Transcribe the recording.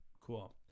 cool